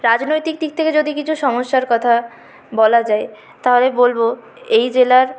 রাজনৈতিক দিক থেকে যদি কিছু সমস্যার কথা বলা যায় তাহলে বলবো এই জেলার